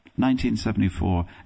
1974